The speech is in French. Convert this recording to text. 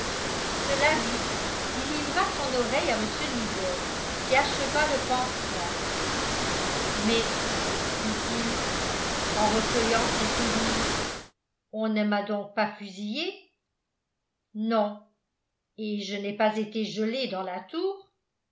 cela dit il livra son oreille à mr nibor qui acheva le pansement mais dit-il en recueillant ses souvenirs on ne m'a donc pas fusillé non et je n'ai pas été gelé dans la tour